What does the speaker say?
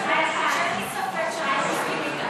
אתה מקריא כאן דברים שאין לי ספק שאתה לא מסכים איתם.